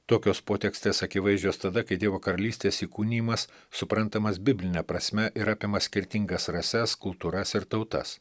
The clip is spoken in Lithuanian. tokios potekstės akivaizdžios tada kai dievo karalystės įkūnijimas suprantamas bibline prasme ir apima skirtingas rases kultūras ir tautas